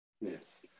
Yes